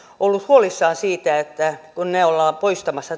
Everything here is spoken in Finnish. ollut huolissaan siitä kun ne ollaan poistamassa